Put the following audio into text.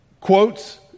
quotes